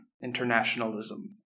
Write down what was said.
internationalism